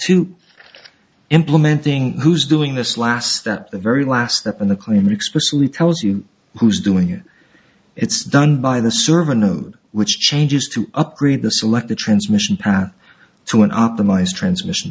two implementing who's doing this last that the very last step in the claim explicitly tells you who's doing it it's done by the server node which changes to upgrade the select the transmission path to an optimized transmission